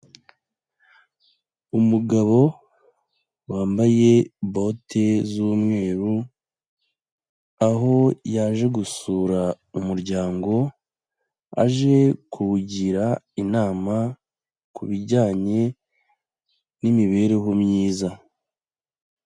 Umugabo wambaye bote z'umweru, aho yaje gusura umuryango, aje kuwugira inama ku bijyanye n'imibereho myiza.